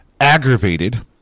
aggravated